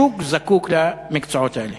השוק זקוק לבעלי המקצועות האלה.